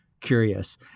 curious